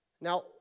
Now